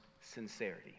sincerity